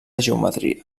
geometria